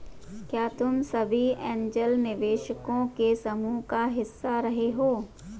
क्या तुम कभी ऐन्जल निवेशकों के समूह का हिस्सा रहे हो?